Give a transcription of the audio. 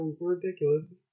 ridiculous